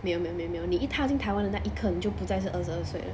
没有没有没有没有你一踏进台湾的那一刻你就不再是二十二岁了